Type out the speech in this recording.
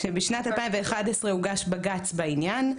בשנת 2011 הוגש בג"ץ בעניין,